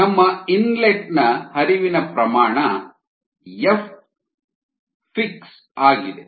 ನಮ್ಮ ಇನ್ಲೆಟ್ ನ ಹರಿವಿನ ಪ್ರಮಾಣ ಎಫ್ ಫಿಕ್ಸ್ ಆಗಿದೆ